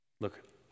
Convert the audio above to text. Look